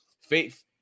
faith